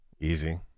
Easy